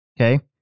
Okay